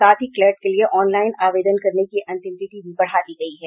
साथ ही क्लेट के लिए ऑनलाईन आवेदन करने की अंतिम तिथि भी बढ़ा दी गयी है